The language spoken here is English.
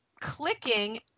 clicking